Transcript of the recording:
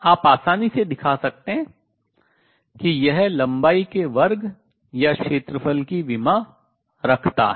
आप आसानी से दिखा सकते हैं कि यह लंबाई के वर्ग या क्षेत्रफल की dimensions विमा रखता है